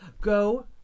Go